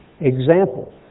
Example